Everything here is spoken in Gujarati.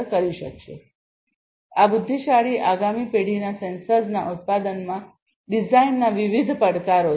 તેથી આ બુદ્ધિશાળી આગામી પેઢીના સેન્સર્સના ઉત્પાદનમાં ડિઝાઇનના વિવિધ પડકારો છે